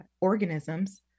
organisms